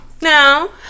No